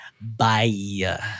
Bye